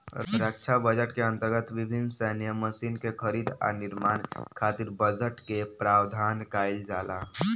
रक्षा budget के अंतर्गत विभिन्न सैन्य मशीन के खरीद आ निर्माण खातिर बजट के प्रावधान काईल जाला